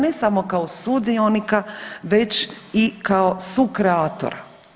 Ne samo kao sudionika već i kao sukreatora.